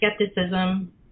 skepticism